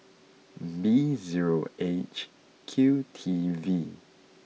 B zero H Q T V